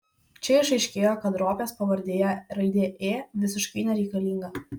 čia išaiškėjo kad ropės pavardėje raidė ė visiškai nereikalinga